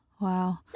Wow